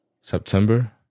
September